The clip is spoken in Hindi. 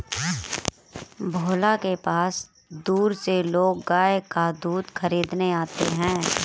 भोला के पास दूर से लोग गाय का दूध खरीदने आते हैं